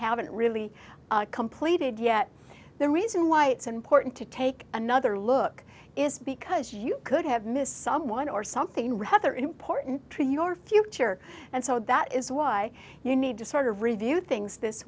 haven't really completed yet the reason why it's important to take another look is because you could have missed someone or something rather important train your future and so that is why you need to sort of review things this